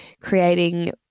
creating